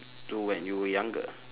to when you were younger